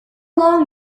long